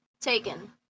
Taken